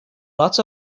lots